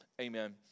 amen